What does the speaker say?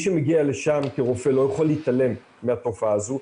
שמגיע לשם כרופא לא יכול להתעלם מהתופעה הזאת.